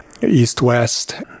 east-west